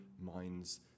minds